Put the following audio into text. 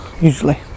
usually